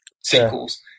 sequels